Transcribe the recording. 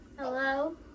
Hello